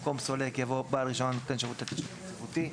במקום "סולק" יבוא "בעל רישיון נותן שירותי תשלום יציבותי".